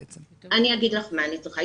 אני אגיד לך מה אני צריכה.